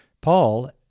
Paul